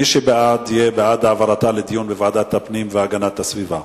מי שבעד יהיה בעד העברתה לדיון בוועדת הפנים והגנת הסביבה,